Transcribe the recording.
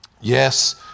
Yes